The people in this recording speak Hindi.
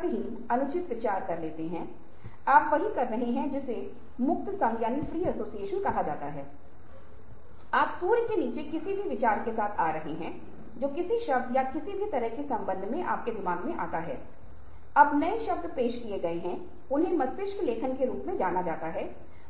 कभी भी उस लक्ष्य से विचलित न हों और कभी कभी लोग कुछ ऐसी बात कर रहे होते हैं जो वास्तव में लक्ष्य या विशिष्ट मुद्दे से संबंधित नहीं होती है तो हम यहां और वहां बात करना शुरू करते हैं लेकिन हमें बहुत कुछ होना चाहिए